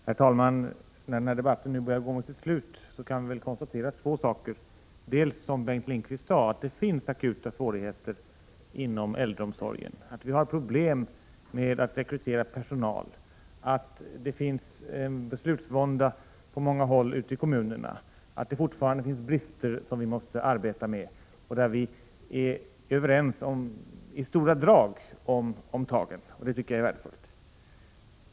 Herr talman! När den här debatten nu börjar gå mot sitt slut, kan vi konstatera två saker. Den ena är, som Bengt Lindqvist sade, att det finns akuta svårigheter inom äldreomsorgen, att vi har problem med att rekrytera personal, att det finns beslutsvånda på många håll ute i kommunerna. Det finns alltså brister som vi måste arbeta med. Vi är i stora drag överens om tagen, och det tycker jag är värdefullt.